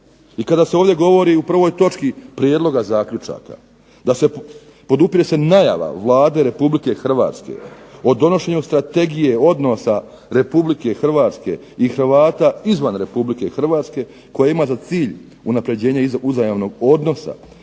i kada se ovdje govori o 1. točki prijedloga zaključaka, da se podupire se najava Vlade Republike Hrvatske o donošenju strategije odnosa Republike Hrvatske i Hrvata izvan Republike Hrvatske, koja ima za cilj unapređenje uzajamnog odnosa, tj.